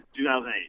2008